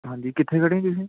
ਹਾਂਜੀ ਕਿੱਥੇ ਖੜ੍ਹੇ ਤੁਸੀਂ